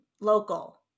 local